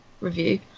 review